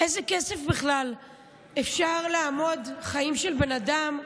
באיזה כסף בכלל אפשר לאמוד חיים של בן אדם,